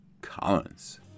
Collins